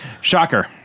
Shocker